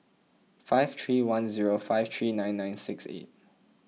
five three one zero five three nine nine six eight